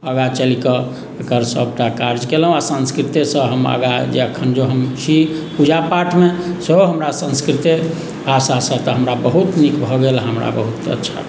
आगाँ चलि कऽ ओकर सभटा कार्य केलहुँ आओर संस्कृतेसँ एखन जे हम छी पूजा पाठमे सेहो हमरा संस्कृते भाषासँ तऽ हमरा बहुत नीक भऽ गेल हमरा बहुत अच्छा